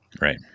Right